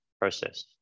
process